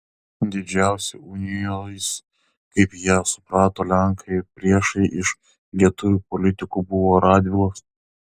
didžiausi unijos kaip ją suprato lenkai priešai iš lietuvių politikų buvo radvilos